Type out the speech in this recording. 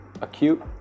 acute